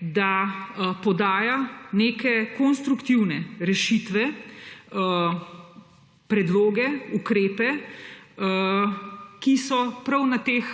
da podaja neke konstruktivne rešitve, predloge, ukrepe, ki so prav na teh